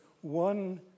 one